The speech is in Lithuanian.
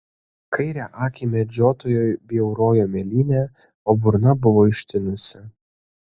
kairę akį medžiotojui bjaurojo mėlynė o burna buvo ištinusi